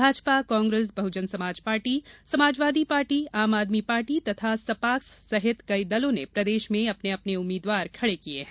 भाजपा कांग्रेस बहुजन समाज पार्टीसमाजवादी party Aam Aadmi party तथा सपाक्स सहित कई दलों ने प्रदेश में अपने अपने उम्मीदवार खड़े किए हैं